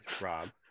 Rob